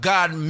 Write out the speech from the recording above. God